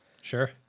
Sure